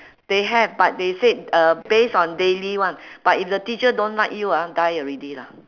they have but they said uh base on daily [one] but if the teacher don't like you ah die already lah